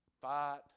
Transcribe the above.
Fight